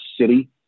city